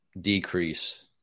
decrease